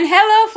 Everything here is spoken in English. Hello